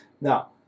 Now